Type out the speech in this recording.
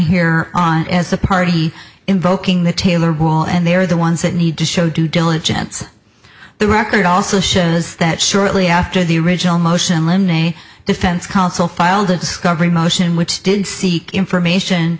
here on the party invoking the taylor rule and they are the ones that need to show due diligence the record also shows that shortly after the original motion linae defense counsel filed a discovery motion which did seek information